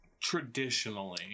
Traditionally